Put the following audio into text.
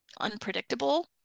unpredictable